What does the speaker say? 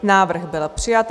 Návrh byl přijat.